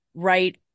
right